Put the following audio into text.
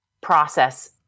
process